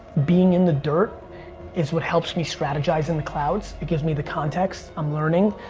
being in the dirt is what helps me strategize in the clouds. it gives me the context. i'm learning.